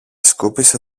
σκούπισε